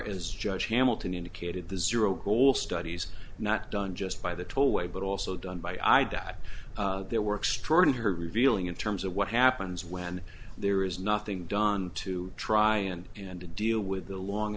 as judge hamilton indicated the zero hole studies not done just by the tollway but also done by a i doubt there were extraordinary revealing in terms of what happens when there is nothing done to try and and to deal with the long